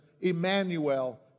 Emmanuel